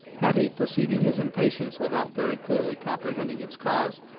hetty, perceiving his impatience without very clearly comprehending its cause,